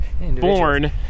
born